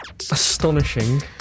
astonishing